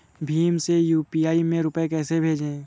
भीम से यू.पी.आई में रूपए कैसे भेजें?